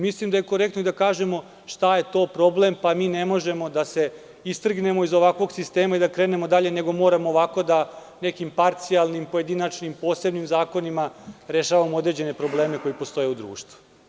Mislim da je korektno da kažemo šta je to problem, pa mi ne možemo da se istrgnemo iz ovakvog sistema i da krenemo dalje, nego moramo nekim parcijalnim, pojedinačnim, posebnim zakonima rešavamo određene probleme koji postoje u društvu.